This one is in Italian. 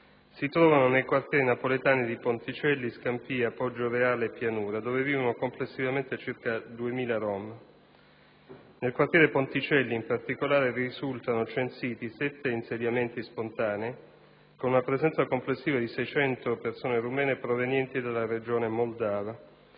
si trovano nei quartieri napoletani di Ponticelli, Scampia, Poggioreale e Pianura, dove vivono complessivamente circa 2.000 rom. Nel quartiere Ponticelli, in particolare, risultano censiti sette insediamenti spontanei, con una presenza complessiva di 600 persone rumene provenienti dalla regione moldava.